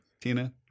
Tina